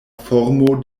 formo